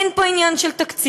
אין פה עניין של תקציב,